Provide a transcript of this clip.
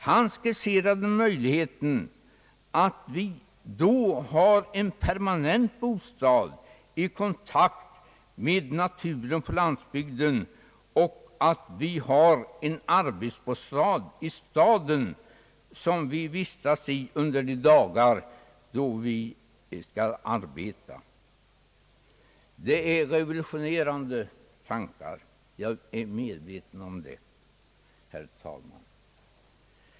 Han skisserar möjligheten att vi då har en permanent bostad i kontakt med naturen på landsbygden och att vi har en arbetsbostad i staden, som vi vistas i under de dagar då vi skall arbeta. Det är revolutionerande tankar, herr talman, det är jag medveten om.